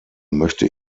möchte